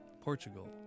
Portugal